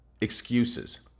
excuses